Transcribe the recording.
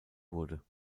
wurde